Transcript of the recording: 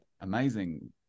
amazing